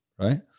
right